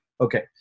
Okay